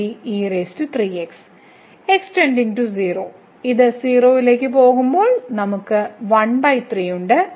x → 0 ഇത് 0 ലേക്ക് പോകുമ്പോൾ നമ്മൾക്ക് 13 ഉണ്ട്